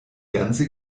ganze